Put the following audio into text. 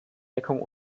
deckung